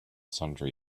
sundry